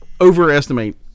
overestimate